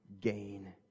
gain